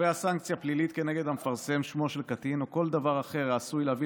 קובע סנקציה פלילית כנגד המפרסם שמו של קטין או כל דבר אחר העשוי להביא